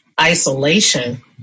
isolation